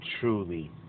truly